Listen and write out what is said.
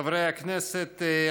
חברי הכנסת,